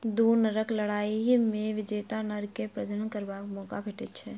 दू नरक लड़ाइ मे विजेता नर के प्रजनन करबाक मौका भेटैत छै